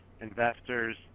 investors